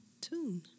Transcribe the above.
tune